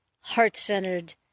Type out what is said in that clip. heart-centered